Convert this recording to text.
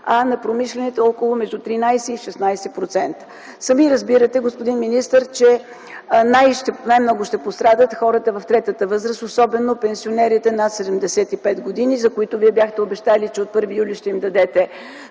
на промишлените – между 13 и 16%. Сами разбирате, господин министър, че най-много ще пострадат хората в третата възраст, особено пенсионерите над 75 години, за които Вие бяхте обещали, че от 1 юли ще им дадете